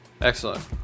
Excellent